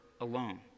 alone